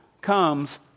comes